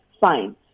fine